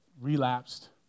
relapsed